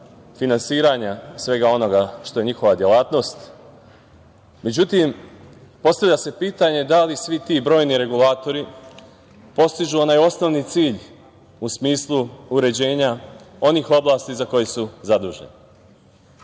finansiranja svega onoga što je njihova delatnost.Međutim, postavlja se pitanje da li svi ti brojni regulatori postižu onaj osnovni cilj u smislu uređenja onih oblasti za koje su zaduženi?